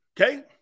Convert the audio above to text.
Okay